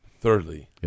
Thirdly